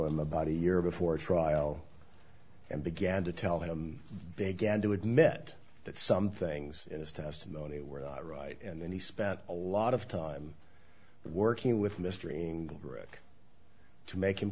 him about a year before trial and began to tell him began to admit that some things in his testimony were right and then he spent a lot of time working with mystery